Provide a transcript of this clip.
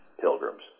pilgrims